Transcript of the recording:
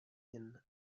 jen